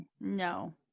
No